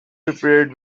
prepared